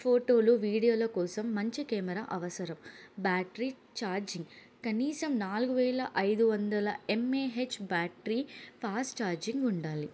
ఫోటోలు వీడియోల కోసం మంచి కెమెరా అవసరం బ్యాటరీ ఛార్జింగ్ కనీసం నాలుగు వేల ఐదు వందల ఎంఏహెచ్ బ్యాటరీ ఫాస్ట్ ఛార్జింగ్ ఉండాలి